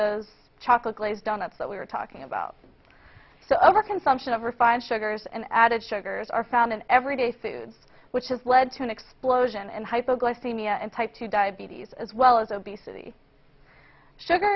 those chocolate glazed donuts that we were talking about so over consumption of refined sugars and added sugars are found in everyday foods which has led to an explosion and hypoglycemia in type two diabetes as well as obesity sugar